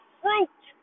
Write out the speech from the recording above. fruit